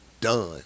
done